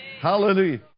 Hallelujah